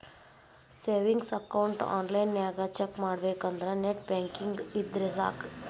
savings account ಆನ್ಲೈನ್ನ್ಯಾಗ check ಮಾಡಬೇಕಂದ್ರ net banking ಇದ್ರೆ ಸಾಕ್